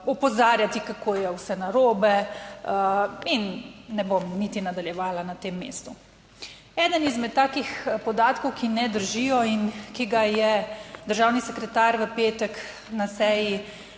opozarjati kako je vse narobe in ne bom niti nadaljevala na tem mestu. Eden izmed takih podatkov, ki ne držijo in ki ga je državni sekretar v petek na seji